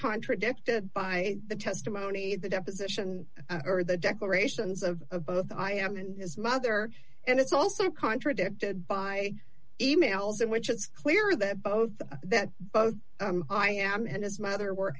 contradicted by the testimony the deposition or the declarations of both i and his mother and it's also contradicted by e mails in which it's clear that both that i am and his mother were